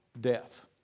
death